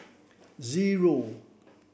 zero